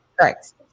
Correct